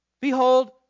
Behold